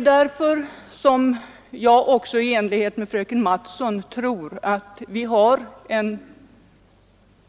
Därför tror jag i likhet med fröken Mattson att opinionen i varje fall är delad.